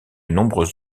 nombreux